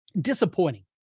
disappointing